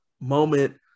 moment